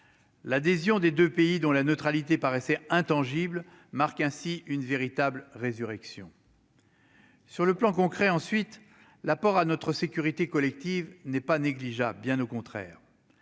l'adhésion des 2 pays, dont la neutralité paraissait intangible marque ainsi une véritable résurrection. Sur le plan concret ensuite l'apport à notre sécurité collective n'est pas négligeable, bien au contraire,